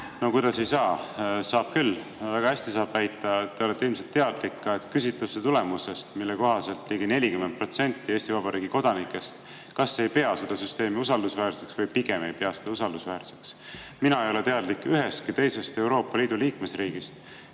No kuidas ei saa? Saab küll, väga hästi saab väita. Te olete ilmselt teadlik küsitluste tulemustest. Nende kohaselt ligi 40% Eesti Vabariigi kodanikest kas ei pea seda süsteemi usaldusväärseks või pigem ei pea seda usaldusväärseks. Mina ei ole teadlik ühestki teisest Euroopa Liidu liikmesriigist,